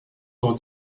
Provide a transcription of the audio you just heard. dans